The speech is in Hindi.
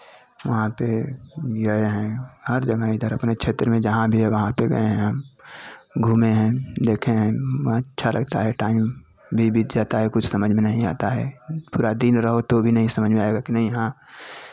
वहाँ पर गए हैं हर जगह इधर अपने क्षेत्र में जहाँ भी है वहाँ पर गए हैं हम घूमे हैं देखे हैं वहाँ अच्छा लगता है टाइम भी बीत जाता है कुछ समझ में नहीं आता है पूरा दिन रहो तो भी नहीं समझ में आएगा कि नहीं हाँ